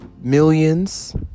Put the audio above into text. millions